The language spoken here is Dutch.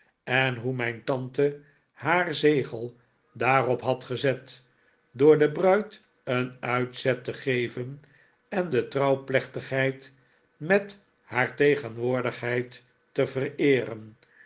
en hoe mijn tante haar zegel daarop had gezet door de bruid een uitzet te geven en de trouwplechtigheid met haar tegenwoordigheid te vereeren